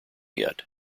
yet